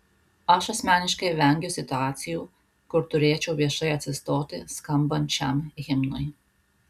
aš asmeniškai vengiu situacijų kur turėčiau viešai atsistoti skambant šiam himnui